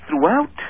throughout